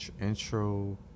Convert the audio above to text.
intro